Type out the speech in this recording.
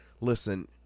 listen